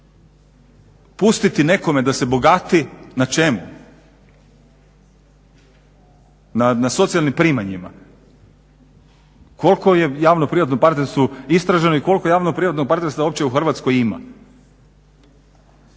pustiti nekome da se bogati. Na čemu? Na socijalnim primanjima. Koliko je javno-privatno partnerstvo istraženo i koliko javno-privatnih partnerstva uopće u Hrvatskoj ima?